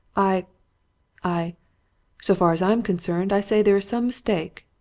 i i so far as i'm concerned, i say there's some mistake.